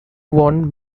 won